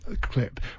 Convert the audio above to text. clip